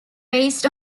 raised